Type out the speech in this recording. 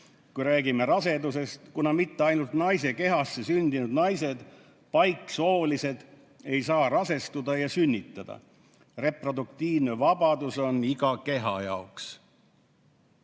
kui räägime rasedusest, kuna mitte ainult naise kehasse sündinud naised (paiksoolised) ei saa rasestuda ja sünnitada. Reproduktiivne vabadus on iga keha jaoks."